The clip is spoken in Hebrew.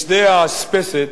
משדה האספסת,